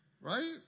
right